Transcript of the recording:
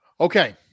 Okay